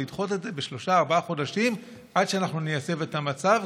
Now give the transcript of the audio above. לדחות את זה בשלושה-ארבעה חודשים עד שאנחנו נייצב את המצב,